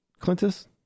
Clintus